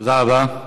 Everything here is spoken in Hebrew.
תודה רבה.